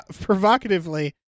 provocatively